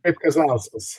kaip kazlauskas